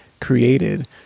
created